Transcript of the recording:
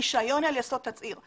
רישיון על יסוד תצהיר.